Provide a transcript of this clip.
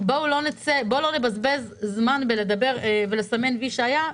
בואו לא נבזבז זמן בלדבר ולסמן וי שהיה.